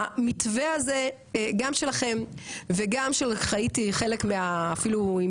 המתווה הזה גם שלכם וגם של חייתי חלק אפילו אם